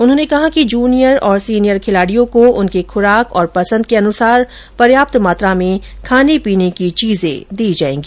उन्होंने कहा कि जूनियर और सीनियर खिलाडियों को उनकी खुराक और पसंद के अनुसार पर्याप्त मात्रा में खाने पीने की चीजें दी जायेंगी